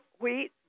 wheat